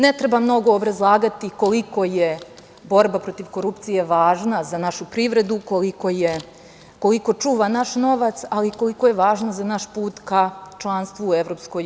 Ne treba mnogo obrazlagati koliko je borba protiv korupcije važna za našu privredu, koliko čuva naš novac, ali koliko je važna za naš put ka članstvu u EU.